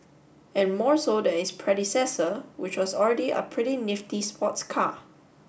and more so than its predecessor which was already a pretty nifty sports car